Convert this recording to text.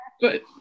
but-